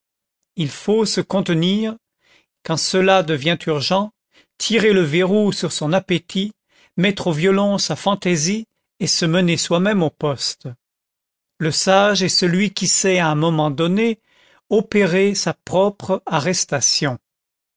il faut se contenir quand cela devient urgent tirer le verrou sur son appétit mettre au violon sa fantaisie et se mener soi-même au poste le sage est celui qui sait à un moment donné opérer sa propre arrestation